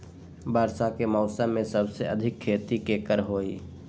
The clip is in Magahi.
वर्षा के मौसम में सबसे अधिक खेती केकर होई?